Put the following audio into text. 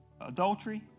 adultery